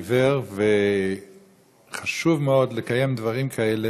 הישיבה המאתיים-וארבעים של הכנסת העשרים יום שלישי,